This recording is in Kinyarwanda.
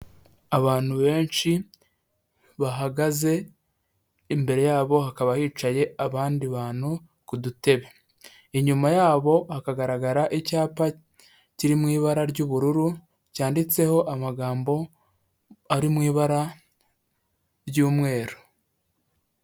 Abantu benshi bahagaze, imbere yabo hakaba hicaye abandi bantu ku dutebe. Inyuma yabo hakagaragara icyapa kiri mu ibara ry'ubururu, cyanditseho amagambo ari mu ibara ry'umweru.